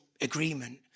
agreement